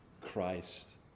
Christ